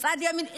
בצד הימני,